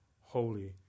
holy